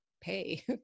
pay